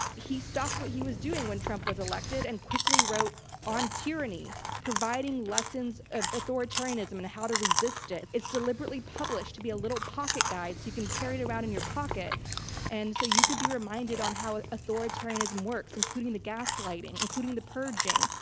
he stopped what he was doing when trump was elected and quickly wrote on tyranny, providing lessons of authoritarianism and how to resist it. it's deliberately published to be a little pocket guide so you can carry it around in your pocket and so you can be reminded on how authoritarianism works, including the gaslighting, including the purging,